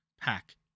Pack